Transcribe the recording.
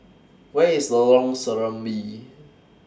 Where IS Lorong Serambi